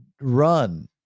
run